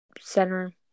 center